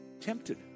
tempted